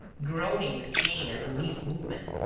groaning with pain at the least movement,